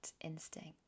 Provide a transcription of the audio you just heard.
instinct